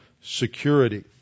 security